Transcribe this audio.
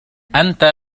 أنت